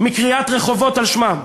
מקריאת רחובות על שמם,